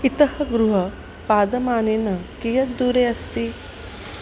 इतः गृहं पादमानेन कियत् दूरे अस्ति